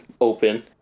open